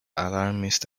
alarmist